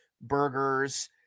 burgers